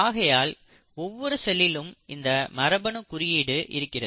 ஆகையால் ஒவ்வொரு செல்லிலும் இந்த மரபணு குறியீடு இருக்கிறது